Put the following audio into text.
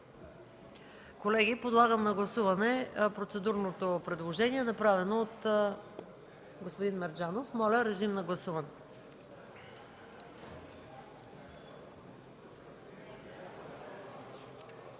Колеги, подлагам на гласуване процедурното предложение, направено от господин Мерджанов. Моля, гласувайте.